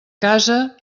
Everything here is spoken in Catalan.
casa